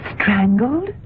Strangled